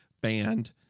band